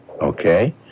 Okay